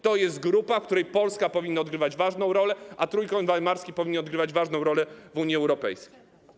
To jest grupa, w której Polska powinna odbywać ważną rolę, a Trójkąt Weimarski powinien odgrywać ważną rolę w Unii Europejskiej.